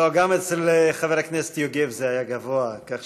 לא, גם אצל חבר הכנסת יוגב זה היה גבוה, כך